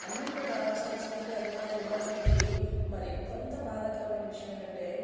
అన్నీ కూడా చాలా చక్కటి సదుపాయాలు ఉన్నప్పటికీ మరి కొంత బాధాకరమైన విషయం ఏంటంటే